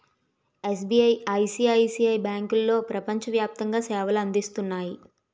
SBI, ICICI బ్యాంకులో ప్రపంచ వ్యాప్తంగా సేవలు అందిస్తున్నాయి